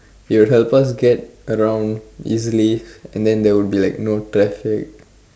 it will help us get around easily and then there will be like no traffic